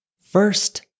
First